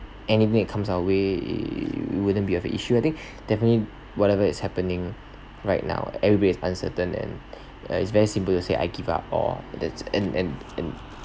anything comes our way it wouldn't be of a issue I think definitely whatever is happening right now everybody is uncertain and uh it's very simple to say I give up or that's and and and